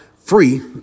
Free